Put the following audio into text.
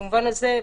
במובן הזה,